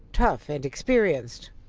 tough and experienced.